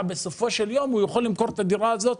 בסופו של יום הקבלן יודע שהוא יכול למכור את הדירה הזאת,